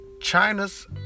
China's